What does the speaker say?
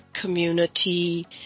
community